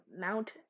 Mount